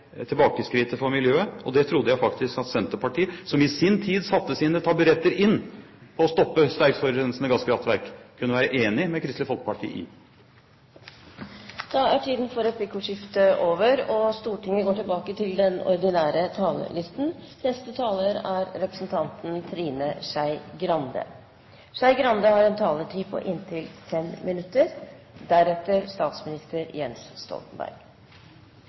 for miljøet. Og det trodde jeg faktisk at Senterpartiet, som i sin tid satte sine taburetter inn på å stoppe sterkt forurensende gasskraftverk, kunne være enig med Kristelig Folkeparti i. Replikkordskiftet er dermed omme. Klimautfordringen er den største utfordringen som vår klode står overfor, og miljøet er